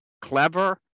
clever